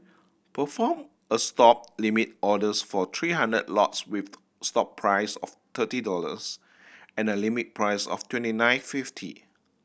perform a Stop limit orders for three hundred lots with stop price of thirty dollars and limit price of twenty nine fifty